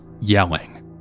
yelling